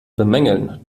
bemängeln